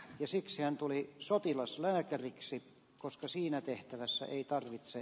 jos itse oli sotilaslääkäriksi koska siinä tehtävässä ei tarvitse